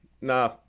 Nah